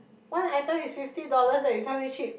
one item is fifty dollars leh you tell me cheap